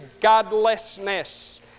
godlessness